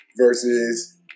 versus